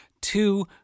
two